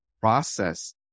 process